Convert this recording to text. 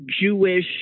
Jewish